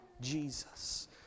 Jesus